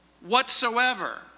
whatsoever